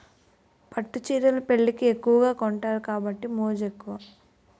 పట్టు చీరలు పెళ్లికి ఎక్కువగా కొంతారు కాబట్టి మోజు ఎక్కువ